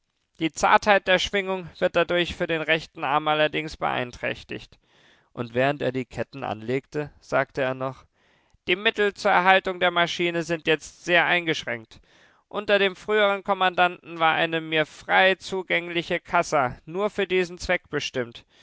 die zartheit der schwingungen wird dadurch für den rechten arm allerdings beeinträchtigt und während er die ketten anlegte sagte er noch die mittel zur erhaltung der maschine sind jetzt sehr eingeschränkt unter dem früheren kommandanten war eine mir frei zugängliche kassa nur für diesen zweck bestimmt